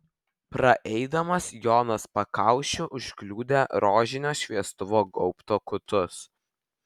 praeidamas jonas pakaušiu užkliudė rožinio šviestuvo gaubto kutus